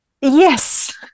yes